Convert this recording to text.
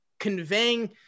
conveying